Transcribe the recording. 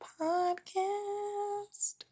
Podcast